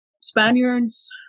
Spaniards